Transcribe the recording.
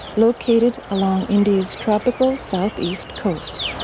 located along india's tropical southeast coast.